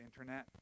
Internet